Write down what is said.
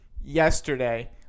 yesterday